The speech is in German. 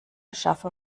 schaffe